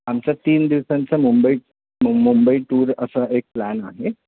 आमच्या तीन दिवसांचा मुंबई मु मुंबई टूर असं एक प्लॅन आहे